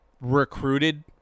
recruited